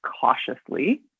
cautiously